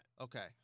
Okay